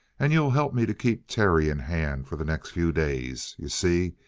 and you'll help me to keep terry in hand for the next few days? you see,